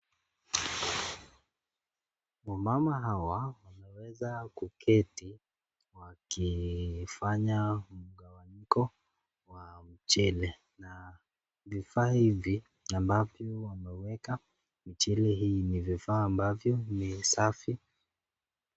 Wamama hawa wameweza kuketi wakifanya mgawanyiko wa mchele na vifaa hivi ambavyo wameweka mchele hii ni vifaa ambavyo ni safi.